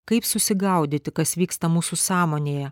kaip susigaudyti kas vyksta mūsų sąmonėje